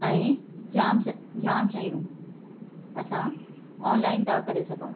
ऐं जाम जाम शयूं असां ऑनलाइन था करे सघूं